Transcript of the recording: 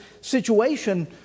situation